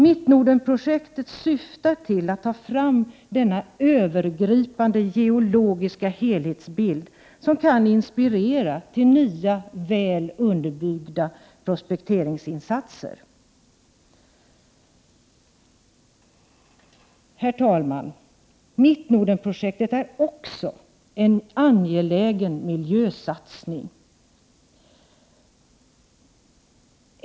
Mittnordenprojektet syftar till att ta fram denna övergripande geologiska helhetsbild, som kan inspirera till nya väl underbyggda prospekteringsinsatser. Herr talman! Mittnordenprojektet är också en angelägen miljösatsning.